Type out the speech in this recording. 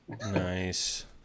Nice